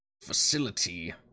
facility